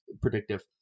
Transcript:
predictive